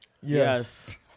Yes